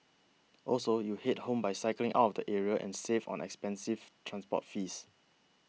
also you head home by cycling out of the area and save on expensive transport fees